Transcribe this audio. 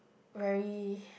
very